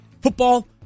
Football